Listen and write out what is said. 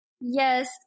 Yes